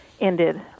ended